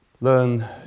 learn